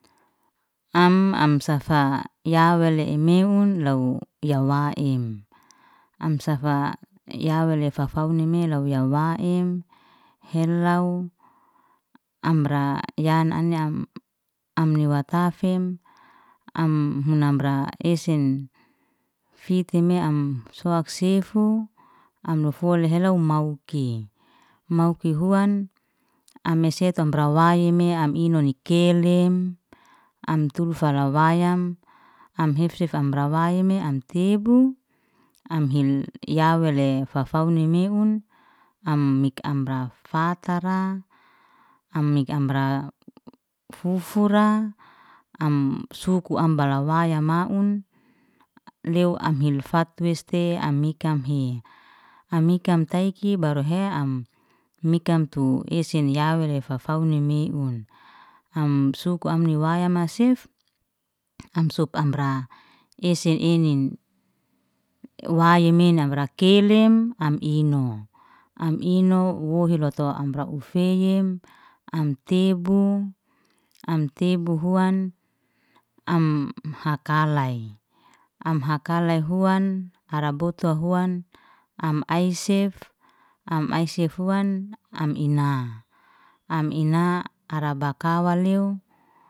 Am- am safa, ya yawaleu emeun. Law ya waem, am safa ya wale fafauni mele yalau ya waem, helau, amra yan, am amni watafem, am hunan amra esen, fitemea am soaksefu. Am lofole umauki, mauki huan am setu amra yawameam, am innonikelem, amtul falawayam, am hifsef, amra rawayame, am tebu. Am hil ya wele fafauni meun, am mik, amra fatara, am mik amra fufura, am suku am balawaya maun, lew am hil fatweste am ikamhe, am ikam taiki baruheya am mikam tu esen ya wele faufauni meun, am suk amni waya masefu, am suk amra ese enin, wayamem am rekelen, am imnu. Am inu wuhi lotu amra ufayaem, am tebu, am tebu huan, am hakalai, am hakalai huan, arabotu huan, am aisef, am ai sefuan, am ina, am ina ara bakawa lew.